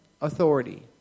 authority